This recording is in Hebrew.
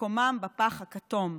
מקומם בפח הכתום.